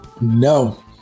No